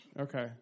Okay